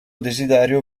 desiderio